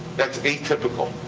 that's atypical.